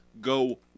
go –